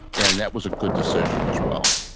and that was a good decision as well.